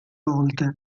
volte